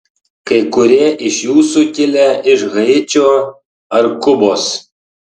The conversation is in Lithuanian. kai kurie iš jūsų kilę iš haičio ar kubos